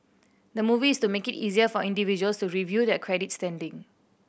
the move is to make it easier for individuals to review their credit standing